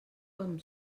com